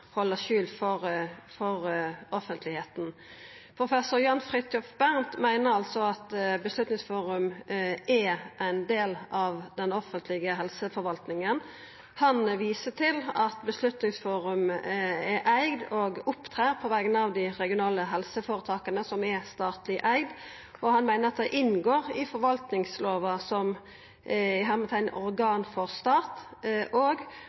for offentlegheita. Professor Jan Fridthjof Bernt meiner at Beslutningsforum er ein del av den offentlege helseforvaltninga. Han viste til at Beslutningsforum er eigd av og opptrer på vegner av dei regionale helseføretaka, som er statleg eigde, og han meiner at det inngår i forvaltningslova som «organ for stat», og under offentleglova som eit fellesorgan for dei statlege regionale helseføretaka, og